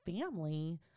family